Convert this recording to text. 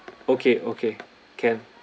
okay okay can